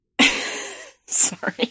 Sorry